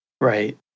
Right